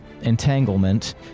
entanglement